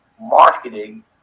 marketing